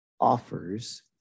offers